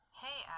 hey